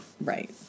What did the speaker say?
Right